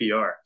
PR